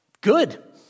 Good